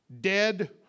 dead